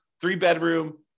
three-bedroom